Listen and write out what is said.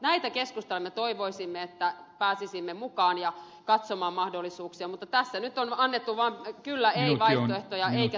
näitä keskusteluja me toivoisimme että pääsisimme mukaan ja katsomaan mahdollisuuksia mutta tässä nyt on annettu vaan kylläei vaihtoehtoja eikä sisältöjä aukaista